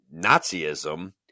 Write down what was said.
nazism